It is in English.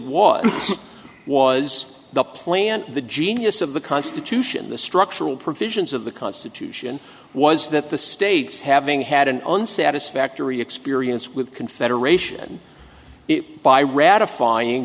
was was the plan the genius of the constitution the structural provisions of the constitution was that the states having had an unsatisfactory experience with confederation it by ratifying